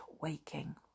waking